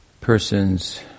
persons